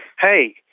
hey,